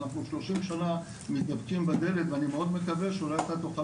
אנחנו 30 שנה מתדפקים בדלת ואני מאוד מקווה שאולי אתה תוכל